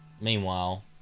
Meanwhile